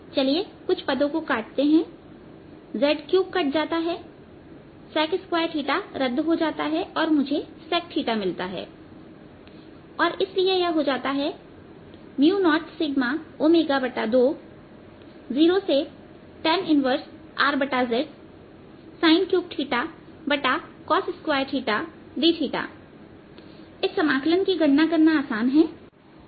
चलिए कुछ पदों को काटते हैंvz3 कट जाता हैsec2रद्द हो जाता है और मुझे sec मिलता है और इसलिए यह हो जाता है 0σω20tan 1Rz sin3cos2dθइस समाकलन की गणना करना आसान है